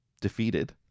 defeated